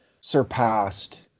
surpassed